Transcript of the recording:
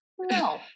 no